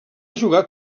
jugar